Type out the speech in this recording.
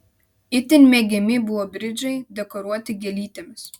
itin mėgiami buvo bridžai dekoruoti gėlytėmis